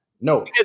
No